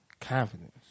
Confidence